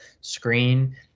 screen